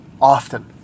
often